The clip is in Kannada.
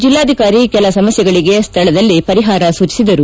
ಜಿಲ್ಲಾಧಿಕಾರಿ ಕೆಲ ಸಮಸ್ಯೆಗಳಿಗೆ ಸ್ಥಳದಲ್ಲೇ ಪರಿಹಾರ ಸೂಚಿಸಿದರು